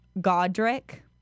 Godric